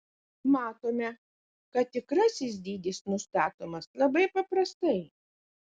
matome kad tikrasis dydis nustatomas labai paprastai